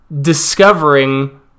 discovering